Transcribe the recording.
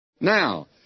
Now